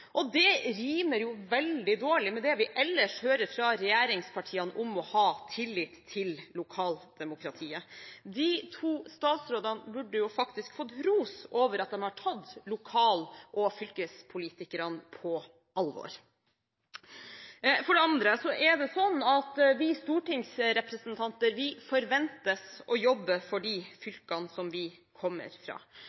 fylkestinget. Det rimer veldig dårlig med det vi ellers hører fra regjeringspartiene om å ha tillit til lokaldemokratiet. De to statsrådene burde fått ros for at de har tatt lokal- og fylkespolitikerne på alvor. For det andre forventes vi stortingsrepresentanter å jobbe for